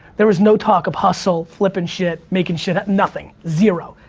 there was no talk of hustle, flipping shit, making shit, nothing, zero.